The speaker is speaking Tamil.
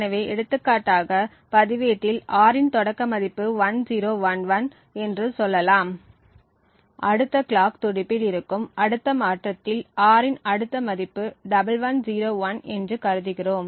எனவே எடுத்துக்காட்டாக பதிவேட்டில் R இன் தொடக்க மதிப்பு 1011 என்று சொல்லலாம் அடுத்த கிளாக் துடிப்பில் இருக்கும் அடுத்த மாற்றத்தில் R இன் அடுத்த மதிப்பு 1101 என்று கருதுகிறோம்